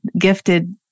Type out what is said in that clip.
gifted